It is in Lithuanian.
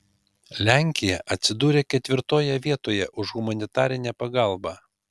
lenkija atsidūrė ketvirtoje vietoje už humanitarinę pagalbą